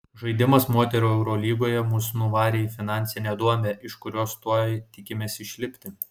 žaidimas moterų eurolygoje mus nuvarė į finansinę duobę iš kurios tuoj tikimės išlipti